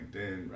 LinkedIn